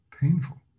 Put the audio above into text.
painful